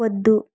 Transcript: వద్దు